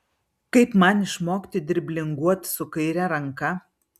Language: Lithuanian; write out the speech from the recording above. kaip man išmokti driblinguot su kaire ranka